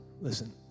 listen